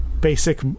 basic